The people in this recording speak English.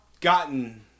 gotten